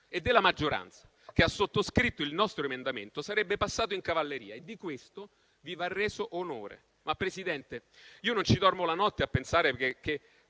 e della maggioranza che ha sottoscritto il nostro emendamento, sarebbe passato in cavalleria e di questo vi va reso onore. Signor Presidente, io però non ci dormo la notte a pensare che,